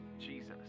Jesus